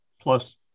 plus